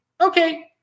okay